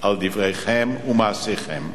על דבריכם ומעשיכם,